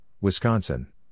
Wisconsin